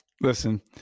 Listen